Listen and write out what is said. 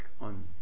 on